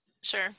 Sure